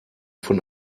von